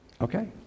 okay